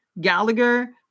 Gallagher